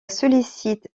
sollicite